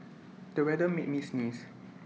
the weather made me sneeze